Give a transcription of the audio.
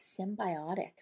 symbiotic